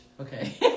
Okay